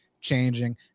changing